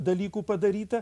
dalykų padaryta